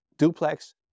duplex